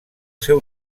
seu